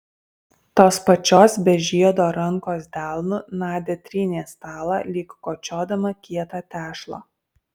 tos pačios be žiedo rankos delnu nadia trynė stalą lyg kočiodama kietą tešlą